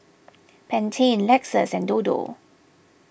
Pantene Lexus and Dodo